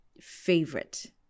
favorite